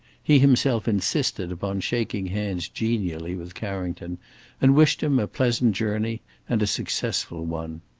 he himself insisted upon shaking hands genially with carrington and wished him a pleasant journey and a successful one.